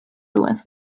ruins